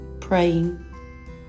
praying